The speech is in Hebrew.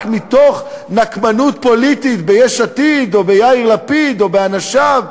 רק מתוך נקמנות פוליטית ביש עתיד או ביאיר לפיד או באנשיו,